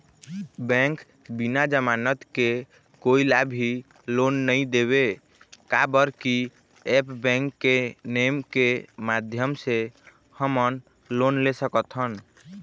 Bank बिना जमानत के कोई ला भी लोन नहीं देवे का बर की ऐप बैंक के नेम के माध्यम से हमन लोन ले सकथन?